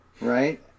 right